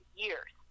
years